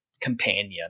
companion